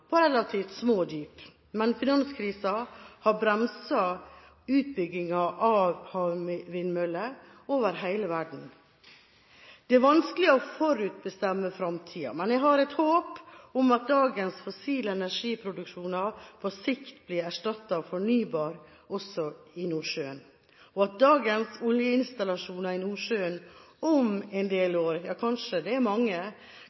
relativt små dyp. Men finanskrisen har bremset utbygginga av havvindmøller over hele verden. Det er vanskelig å forutbestemme fremtida, men jeg har et håp om at dagens fossile energiproduksjon på sikt blir erstattet av fornybar, også i Nordsjøen, og at dagens oljeinstallasjoner i Nordsjøen om en del år – kanskje blir det mange